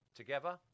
together